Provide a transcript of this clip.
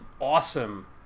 awesome